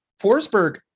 Forsberg